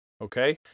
Okay